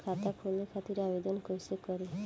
खाता खोले खातिर आवेदन कइसे करी?